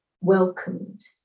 welcomed